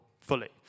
fully